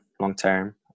long-term